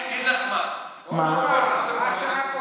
אני אגיד לך מה, מה שאנחנו עושים,